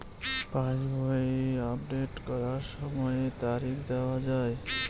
পাসবই update করার সময়ে তারিখ দেখা য়ায়?